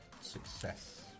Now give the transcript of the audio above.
success